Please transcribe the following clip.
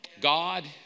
God